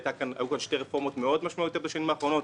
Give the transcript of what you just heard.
היו כאן שתי רפורמות משמעותיות מאוד בשנים האחרונות,